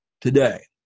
today